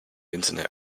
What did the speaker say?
internet